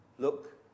Look